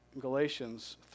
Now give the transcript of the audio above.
Galatians